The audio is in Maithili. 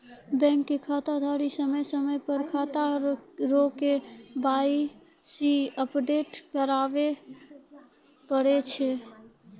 बैंक मे खाताधारी समय समय पर खाता रो के.वाई.सी अपडेट कराबै पड़ै छै